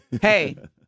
hey